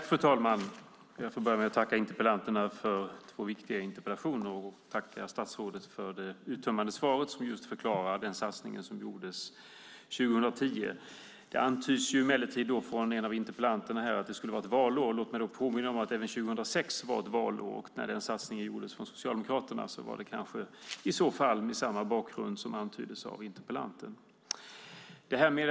Fru talman! Jag börjar med att tacka interpellanterna för två viktiga interpellationer och tacka statsrådet för det uttömmande svaret som förklarar den satsning som gjordes 2010. Det antyds emellertid från en av interpellanterna att det skulle vara ett valår. Låt mig då påminna om att även 2006 var ett valår. När den satsningen gjordes från Socialdemokraterna var det i så fall kanske mot samma bakgrund som antyddes av interpellanten.